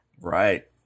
Right